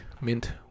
Mint